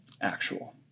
actual